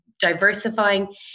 diversifying